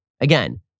again